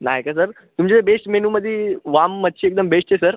नाही का सर तुमच्या बेस्ट मेनूमध्ये वाम मच्छी एकदम बेस्ट आहे सर